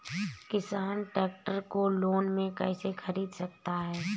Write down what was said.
किसान ट्रैक्टर को लोन में कैसे ख़रीद सकता है?